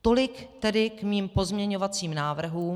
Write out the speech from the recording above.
Tolik tedy k mým pozměňovacím návrhům.